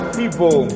people